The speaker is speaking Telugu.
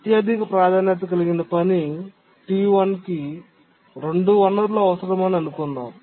అత్యధిక ప్రాధాన్యత కలిగిన పని T1 కి 2 వనరులు అవసరమని అనుకుందాం